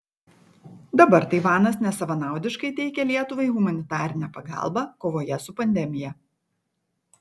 dabar taivanas nesavanaudiškai teikia lietuvai humanitarinę pagalbą kovoje su pandemija